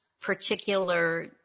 particular